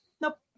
Nope